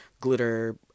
glitter